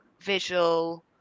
visual